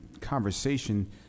conversation